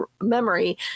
memory